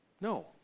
No